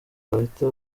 bahita